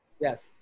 Yes